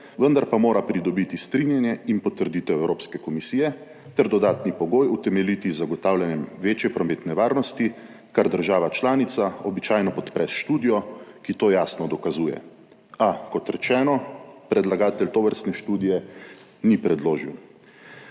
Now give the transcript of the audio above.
vendar pa mora pridobiti strinjanje in potrditev Evropske komisije ter dodatni pogoj utemeljiti z zagotavljanjem večje prometne varnosti, za kar država članica običajno podpre študijo, ki to jasno dokazuje, a, kot rečeno, predlagatelj tovrstne študije ni predložil.